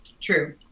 True